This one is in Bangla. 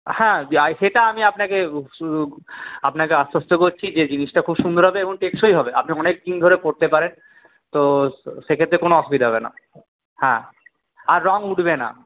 হ্যাঁ সেটা আমি আপনাকে আপনাকে আশ্বস্ত করছি যে জিনিসটা খুব সুন্দর হবে এবং টেকসই হবে আপনি অনেক দিন ধরে পরতে পারেন তো সেক্ষেত্রে কোনো অসুবিধা হবে না হ্যাঁ আর রং উঠবে না